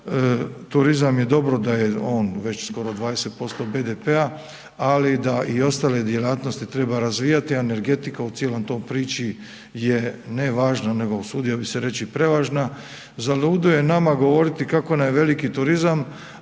turizam je dobro da je on već skoro 20% BDP-a ali i da ostale djelatnosti treba razvijati a energetika u cijeloj priči je ne važna nego usudio bi se reći i prevažna. Zalud je nama govoriti kako nam je veliki turizam